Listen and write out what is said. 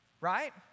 Right